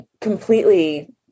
completely